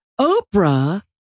Oprah